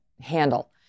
handle